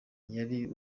yari